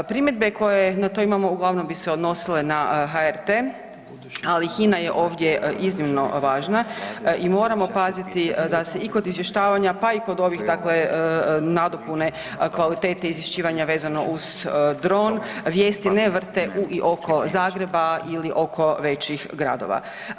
Primjedbe koje na to imamo uglavnom bi se odnosile na HRT, ali HINA je ovdje iznimno važna i moramo paziti da se i kod izvještavanja, pa i kod ovih, dakle nadopune kvalitete izvješćivanja vezano uz dron, vijesti ne vrte u i oko Zagreba ili oko većih gradova.